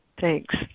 Thanks